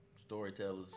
Storytellers